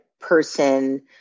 person